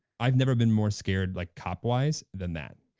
i've never been more scared, like cop wise than that.